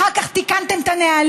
אחר כך תיקנתם את הנהלים,